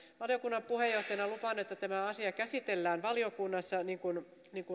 valiokunnan puheenjohtaja on luvannut että tämä asia käsitellään valiokunnassa niin kuin